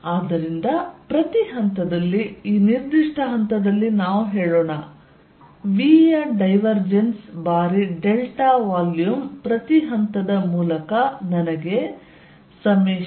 ಆದ್ದರಿಂದ ಪ್ರತಿ ಹಂತದಲ್ಲಿ ಈ ನಿರ್ದಿಷ್ಟ ಹಂತದಲ್ಲಿ ನಾವು ಹೇಳೋಣ v ಯ ಡೈವರ್ಜೆನ್ಸ್ ಬಾರಿ ಡೆಲ್ಟಾ ವಾಲ್ಯೂಮ್ ಪ್ರತಿ ಹಂತದ ಮೂಲಕ ನನಗೆ iv